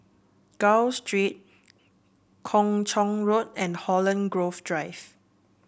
Gul Street Kung Chong Road and Holland Grove Drive